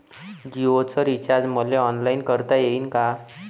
जीओच रिचार्ज मले ऑनलाईन करता येईन का?